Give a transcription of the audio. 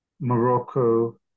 Morocco